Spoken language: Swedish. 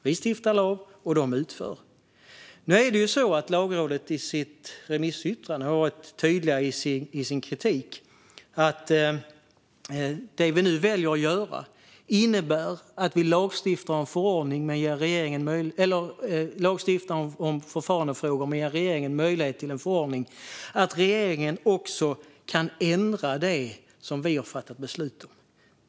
Vi stiftar lag, och de utför. Lagrådet var i sitt remissyttrande tydliga i sin kritik om att det vi nu väljer att göra innebär att vi lagstiftar om förfarandefrågor men ger regeringen möjlighet till en förordning, och att regeringen också kan ändra det som vi har fattat beslut om.